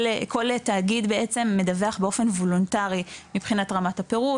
כל תאגיד בעצם מדווח באופן וולנטרי מבחינת רמת הפירוט,